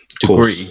degree